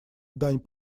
дань